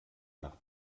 nach